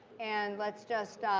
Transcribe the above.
and let's just